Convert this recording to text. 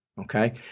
okay